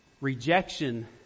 Rejection